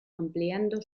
ampliando